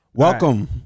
welcome